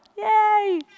Yay